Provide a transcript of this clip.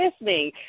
listening